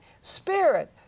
spirit